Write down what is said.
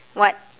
what